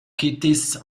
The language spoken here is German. kitts